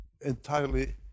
entirely